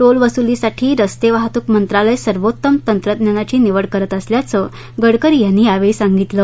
toll वसुलीसाठी रस्ते वाहतूक मंत्रालय सर्वोत्तम तंत्रज्ञानाची निवड करत असल्याचं गडकरी यांनी यावेळी सांगितलं